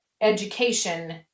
education